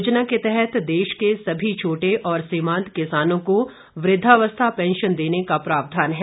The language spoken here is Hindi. योजना के तहत देश के सभी छोटे और सीमांत किसानों को वृद्धावस्था पेंशन देने का प्रावधान है